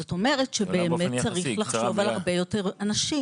זאת אומרת שבאמת צריך לחשוב על הרבה יותר אנשים.